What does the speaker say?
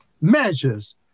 measures